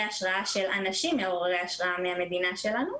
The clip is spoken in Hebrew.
השראה של אנשים מעוררי השראה מהמדינה שלנו,